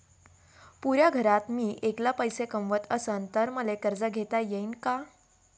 पुऱ्या घरात मी ऐकला पैसे कमवत असन तर मले कर्ज घेता येईन का?